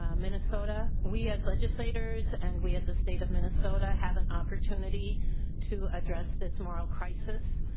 um minnesota we as legislators and we as a state of minnesota have an opportunity to address this moral crisis.